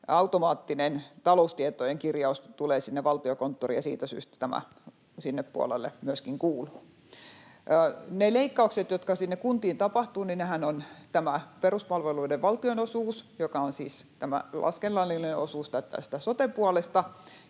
automaattinen taloustietojen kirjaus tulee sinne Valtiokonttoriin, ja siitä syystä tämä sinne puolelle myöskin kuuluu. Ne leikkaukset, jotka kuntiin tapahtuvat, ovat peruspalveluiden valtionosuus, joka on siis tämä laskennallinen osuus tästä sote-puolesta,